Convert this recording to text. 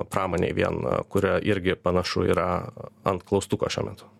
pramonėj vien kur irgi panašu yra ant klaustuko šiuo metu